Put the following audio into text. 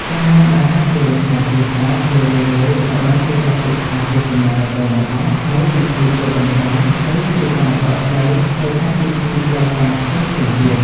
ការញ៉ាំអាហារជាលក្ខណៈគ្រួសារ ជារឿយៗត្រូវបានគេចាត់ទុកថាជាសញ្ញាដំបូងបង្អស់នៃពិធីចូលដណ្ដឹង ឬជាការបើកផ្លូវទៅកាន់ពិធីផ្លូវការផ្សេងៗទៀត។